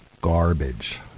garbage